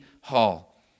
hall